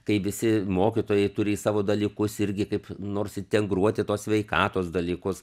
kai visi mokytojai turi įsavo dalykus irgi kaip nors integruoti tuos sveikatos dalykus